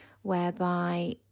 whereby